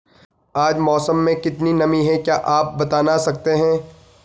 आज मौसम में कितनी नमी है क्या आप बताना सकते हैं?